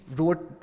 Wrote